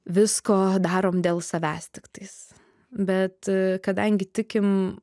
visko darom dėl savęs tiktais bet kadangi tikim